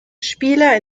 spieler